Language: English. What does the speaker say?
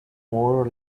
more